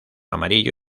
amarillo